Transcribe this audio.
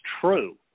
true